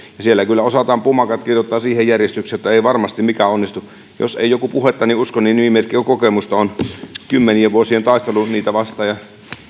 siellä kyllä osataan pumakat kirjoittaa siihen järjestykseen jotta ei varmasti mikään onnistu jos ei joku puhettani usko niin nimimerkki on kokemusta on kymmeniä vuosia olen taistellut niitä vastaan ja